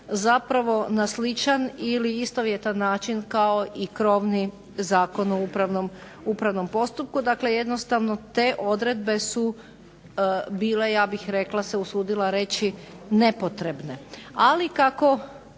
zapravo na sličan ili istovjetan način kao i krovni Zakon o upravnom postupku. Dakle, jednostavno te odredbe su bile ja bih rekla, se usudila reći nepotrebne. Ali kako